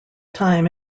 time